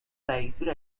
رییسی